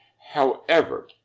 however,